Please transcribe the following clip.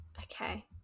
Okay